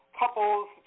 couples